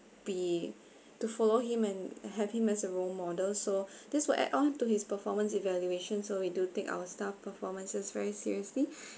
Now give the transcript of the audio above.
be to follow him and have him as a role model so this will add on to his performance evaluation so we do take our staff performances very seriously